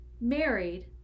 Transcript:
married